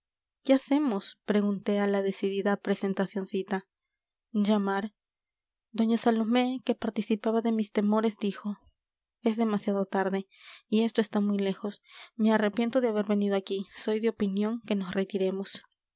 qué hacemos pregunté a la decidida presentacioncita llamar doña salomé que participaba de mis temores dijo es demasiado tarde y esto está muy lejos me arrepiento de haber venido aquí soy de opinión que nos retiremos